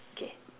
K